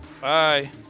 Bye